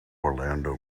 orlando